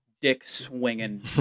dick-swinging